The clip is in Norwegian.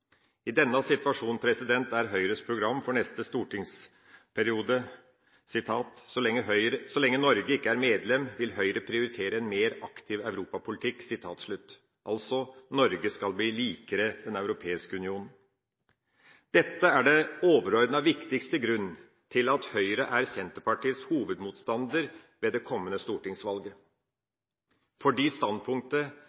I denne situasjonen er Høyres program for neste stortingsperiode: «Så lenge Norge ikke er medlem, vil Høyre prioritere en mer aktiv europapolitikk.» Altså, Norge skal bli likere Den europeiske union. Dette er den overordnede viktigste grunnen til at Høyre er Senterpartiets hovedmotstander ved det kommende stortingsvalget,